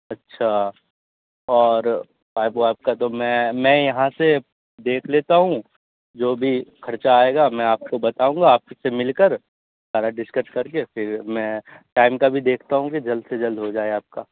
اچھا اور پائپ وائپ کا تو میں میں یہاں سے دیکھ لیتا ہوں جو بھی کھرچہ آئے گا میں آپ کو بتاؤں گا آپ سے مل کر سارا ڈسکس کر کے پھر میں ٹائم کا بھی دیکھتا ہوں کہ جلد سے جلد ہو جائے آپ کا